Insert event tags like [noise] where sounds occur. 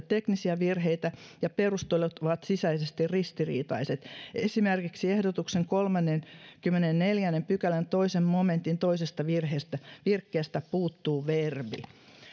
[unintelligible] teknisiä virheitä ja perustelut ovat sisäisesti ristiriitaiset esimerkiksi ehdotuksen kolmannenkymmenennenneljännen pykälän toisen momentin toisesta virkkeestä virkkeestä puuttuu verbi